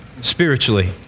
spiritually